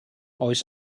oes